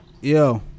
Yo